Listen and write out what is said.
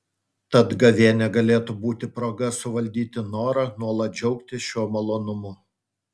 tad gavėnia galėtų būti proga suvaldyti norą nuolat džiaugtis šiuo malonumu